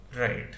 Right